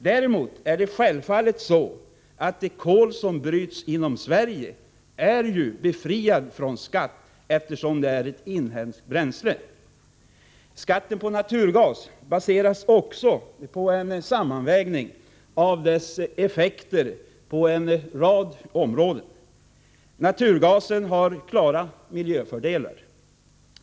Däremot är det självfallet så att det kol som bryts inom Sverige är befriat från skatt, eftersom det är ett inhemskt bränsle. Skatten på naturgas baseras också på en sammanvägning av dess effekter på en rad områden. Naturgasen har klara miljöfördelar.